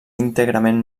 íntegrament